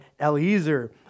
Eliezer